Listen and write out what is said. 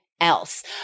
else